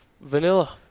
Vanilla